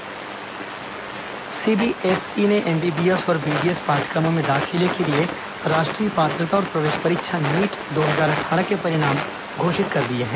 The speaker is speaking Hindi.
सीबीएसई नीट सीबीएसई ने एमबीबीएस और बीडीएस पाठ्यक्रमों में दाखिले के लिए राष्ट्रीय पात्रता और प्रवेश परीक्षा नीट दो हजार अट्ठारह के परिणाम घोषित कर दिए हैं